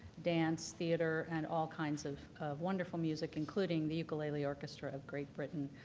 dance, theater and all kinds of of wonderful music, including the ukulele orchestra of great britain.